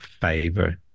favor